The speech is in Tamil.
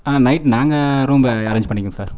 ஆ நைட் நாங்கள் ரூம்ப அரேஞ் பண்ணிக்கிறோம் சார்